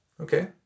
okay